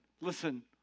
Listen